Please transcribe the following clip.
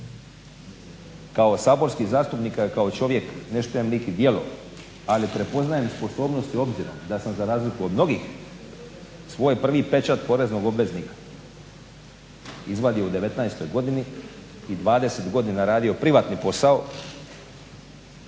kao saborski zastupnik, a i kao čovjek ne štujem lik i djelo, ali prepoznajem sposobnosti obzirom da sam za razliku od mnogih svoj prvi pečat poreznog obveznika izvadio u 19. godini i 20 godina radio privatni posao